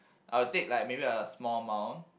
I will take like maybe a small amount